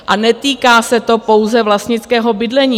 A netýká se to pouze vlastnického bydlení.